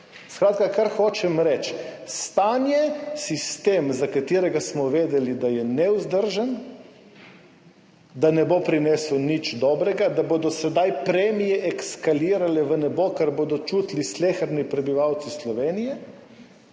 Skratka, kar hočem reči, stanje, sistem, za katerega smo vedeli, da je nevzdržen, da ne bo prinesel nič dobrega, da bodo sedaj premije eskalirale v nebo, kar bodo čutili sleherni prebivalci Slovenije,